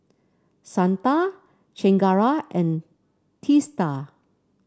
Santha Chengara and Teesta